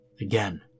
Again